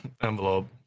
envelope